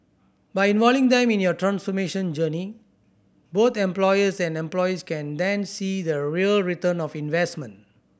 by involving them in your transformation journey both employers and employees can then see the real return of investment